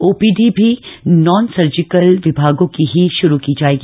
IPD भी non surgical विभागों की ही श्रू की जाएगी